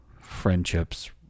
friendships